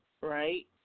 right